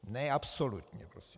Ne absolutně prosím.